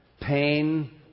pain